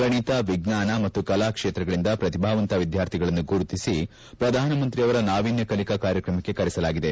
ಗಣಿತ ಎಜ್ಜಾನ ಮತ್ತು ಕಲಾ ಕ್ಷೇತ್ರಗಳಂದ ಪ್ರಕಿಭಾವಂತ ವಿದ್ಕಾರ್ಥಿಗಳನ್ನು ಗುರುತಿಸಿ ಪ್ರಧಾನಮಂತ್ರಿಯವರ ನಾವಿನ್ಯ ಕಲಿಕಾ ಕಾರ್ಯಕ್ರಮಕ್ಕೆ ಕರೆಸಲಾಗಿದೆ